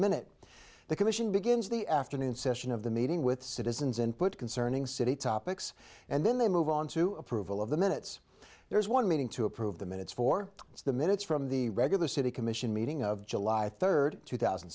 minute the commission begins the afternoon session of the meeting with citizens input concerning city topics and then they move on to approval of the minutes there is one meeting to approve the minutes for the minutes from the regular city commission meeting of july third two thousand